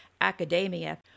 academia